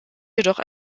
jedoch